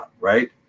right